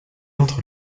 entre